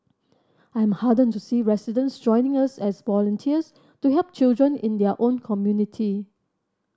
I'm heartened to see residents joining us as volunteers to help children in their own community